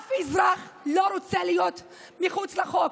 אף אזרח לא רוצה להיות מחוץ לחוק,